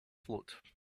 float